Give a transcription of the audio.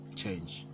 change